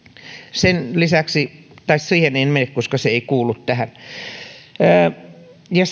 sen lisäksi tai siihen en mene koska se ei kuulu tähän ja